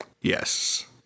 Yes